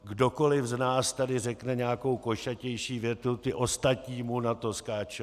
Kdokoliv z nás tady řekne nějakou košatější větu, ti ostatní mu na to skáčou.